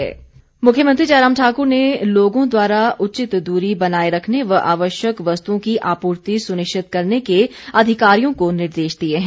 मुख्यमंत्री मुख्यमंत्री जयराम ठाकुर ने लोगों द्वारा उचित दूरी बनाए रखने व आवश्यक वस्तुओं की आपूर्ति सुनिश्चित करने के अधिकारियों को निर्देश दिए हैं